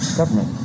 government